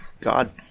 God